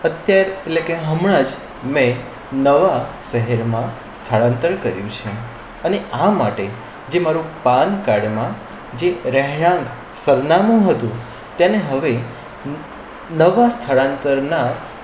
અત્યાર એટલે કે હમણાં જ મેં નવા શહેરમાં સ્થળાંતર કર્યું છે અને આ માટે જે મારું પાનકાર્ડમાં જે રહેણાંક સરનામું હતું તેને હવે નવા સ્થળાંતરના